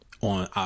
on